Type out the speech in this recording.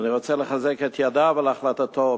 ואני רוצה לחזק את ידיו על החלטתו,